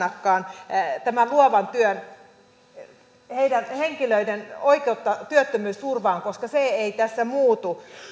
heikennä eikä parannakaan luovan työn henkilöiden oikeutta työttömyysturvaan koska se ei tässä muutu